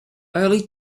early